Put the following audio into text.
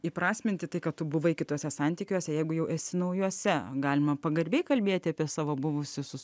įprasminti tai kad tu buvai kituose santykiuose jeigu jau esi naujuose galima pagarbiai kalbėti apie savo buvusius